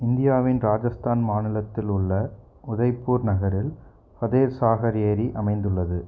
இந்தியாவின் ராஜஸ்தான் மாநிலத்தில் உள்ள உதய்பூர் நகரில் பதேஹ் சாகர் ஏரி அமைந்துள்ளது